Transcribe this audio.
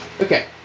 Okay